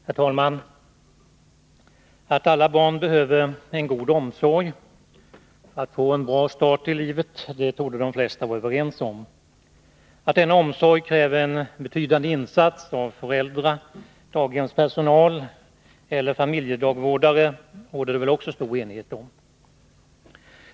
Herr talman! Att alla barn behöver en god omsorg — för att få en bra start i livet — torde de flesta vara överens om. Att denna omsorg kräver en betydande insats av föräldrar, daghemspersonal eller familjedagvårdare råder det väl också stor enighet om.